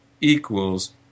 equals